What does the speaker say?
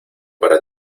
para